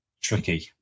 tricky